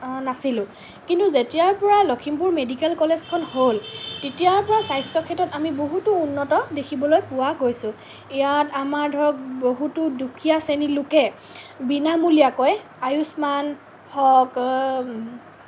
নাছিলোঁ কিন্তু যেতিয়াৰ পৰা লখিমপুৰ মেডিকেল কলেজখন হ'ল তেতিয়াৰ পৰা স্বাস্থ্যক্ষেত্ৰত আমি বহুতো উন্নত দেখিবলৈ পোৱা গৈছোঁ ইয়াত আমাৰ ধৰক বহুতো দুখীয়া শ্ৰেণীৰ লোকে বিনামূলীয়াকৈ আয়ুস্মান হওঁক